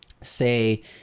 say